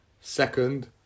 Second